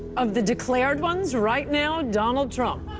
of the declared ones, right now, donald trump.